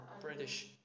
British